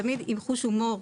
תמיד עם חוש הומור,